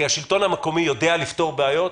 כי השלטון המקומי יודע לפתור בעיות.